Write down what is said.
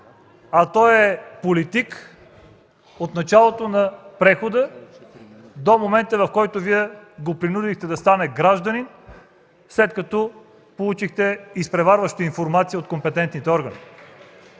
а той е политик от началото на прехода до момента, в който Вие го принудихте да стане гражданин, след като получихте изпреварваща информация от компетентните органи!